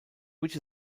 which